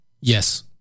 Yes